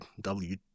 W-